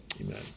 Amen